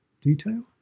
detail